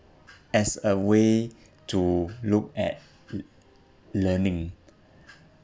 as a way to look at l~ learning